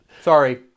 Sorry